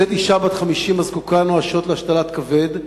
נמצאת אשה בת 50 הזקוקה נואשות להשתלת כבד,